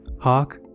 Hawk